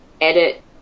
edit